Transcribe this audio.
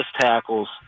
tackles